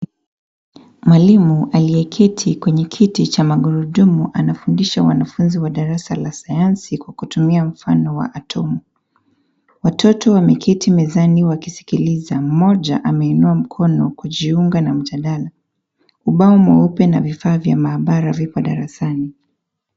Mwalimu aliyeketi kwenye kiti cha magurudumu anafundisha wanafunzi wa darasa la sayansi akitumia mfano was atomu, watoto wameketi mezani wakisikiliza mmoja ameinua mkono kujiunga na mjadala, ubao mweupe na vifaa vya maabara viko darasani.